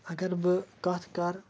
اَگر بہٕ کَتھ کَرٕ